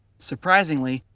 surprisingly,